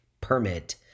permit